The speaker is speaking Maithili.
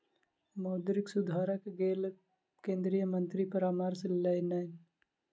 मौद्रिक सुधारक लेल केंद्रीय मंत्री परामर्श लेलैन